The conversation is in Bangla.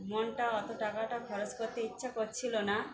মনটা অত টাকাটা খরচ করতে ইচ্ছা করছিল না